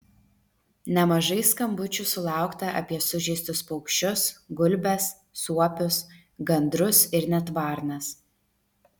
nemažai skambučių sulaukta apie sužeistus paukščius gulbes suopius gandrus ir net varnas